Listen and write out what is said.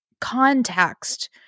context